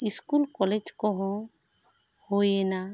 school college ᱠᱚᱦᱚᱸ ᱦᱩᱭ ᱮᱱᱟ